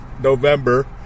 November